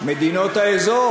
במדינות האזור?